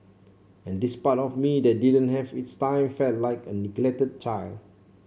and this part of me that didn't have its time felt like a neglected child